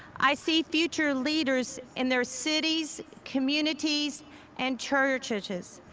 i see future leaders in their cities, communities and churches.